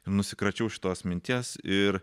nusikračiau šitos minties ir